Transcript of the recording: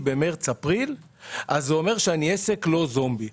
במרץ-אפריל זה אומר שאני עסק שהוא לא זומבי.